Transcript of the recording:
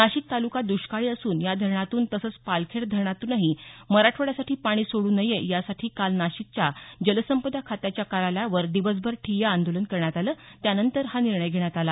नाशिक तालुका दष्काळी असून या धरणातून तसंच पालखेड धरणातूनही मराठवाड्यासाठी पाणी सोडू नये यासाठी काल नाशिकच्या जलसंपदा खात्याच्या कार्यालयावर दिवसभर ठिय्या आंदोलन करण्यात आलं त्यानंतर हा निर्णय घेण्यात आला